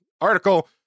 article